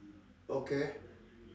okay